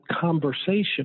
conversation